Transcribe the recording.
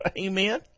Amen